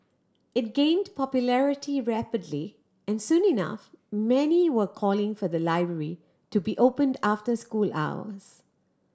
it gained popularity rapidly and soon enough many were calling for the library to be opened after school hours